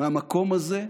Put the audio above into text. מהמקום הזה,